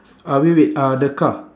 ah wait wait ah the car